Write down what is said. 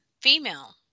female